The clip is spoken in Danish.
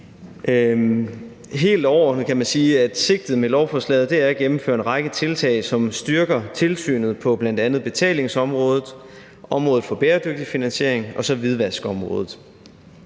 Helt overordnet kan man sige, at sigtet med lovforslaget er at gennemføre en række tiltag, som styrker tilsynet på bl.a. betalingsområdet, området for bæredygtig finansiering og hvidvaskområdet.